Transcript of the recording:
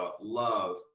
love